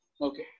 Okay